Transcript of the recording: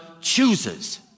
chooses